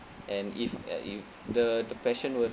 and if uh if the the passion would